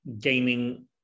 gaining